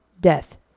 death